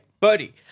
Buddy